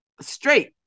Straight